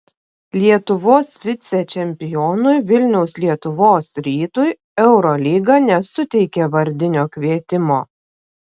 lietuvos vicečempionui vilniaus lietuvos rytui eurolyga nesuteikė vardinio kvietimo